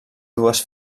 dues